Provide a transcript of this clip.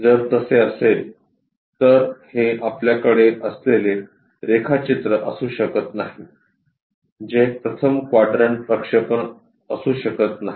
जर तसे असेल तर हे आपल्याकडे असलेले रेखाचित्र असू शकत नाही जे प्रथम क्वाड्रंट प्रक्षेपण असू शकत नाही